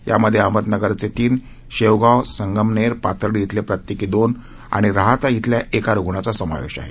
यामध्ये अहमदनगरचे तीन शेवगाव संगमनेर पाथर्डी इथले प्रत्येकी दोन आणि राहाता इथल्या एका रुग्णाचा समावेश आहे